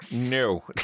no